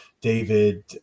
David